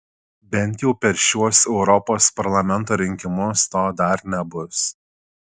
bent jau per šiuos europos parlamento rinkimus to dar nebus